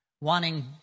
Wanting